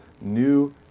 new